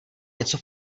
něco